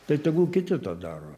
tai tegul kiti tą daro